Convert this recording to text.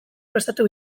prestatu